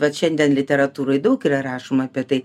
vat šiandien literatūroj daug yra rašoma apie tai